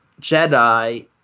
Jedi